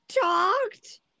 talked